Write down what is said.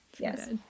yes